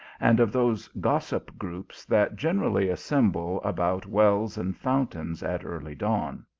and of those gossip groups that generally assemble about wells and fountains at early dawn.